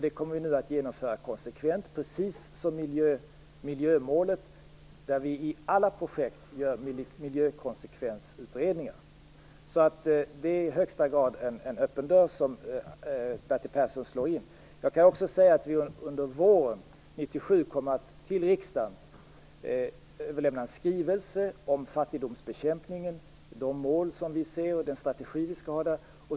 Det kommer vi nu att genomföra konsekvent, precis som miljömålet där vi gör miljökonsekvensutredningar i alla projekt. Det är i högsta grad en öppen dörr som Bertil Persson slår in. Jag kan också säga att vi under våren 1997 kommer att överlämna en skrivelse till riksdagen om fattigdomsbekämpningen och de mål som vi ser och den strategi som vi skall ha där.